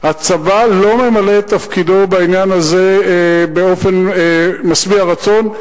הצבא לא ממלא את תפקידו בעניין הזה באופן משביע רצון.